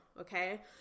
okay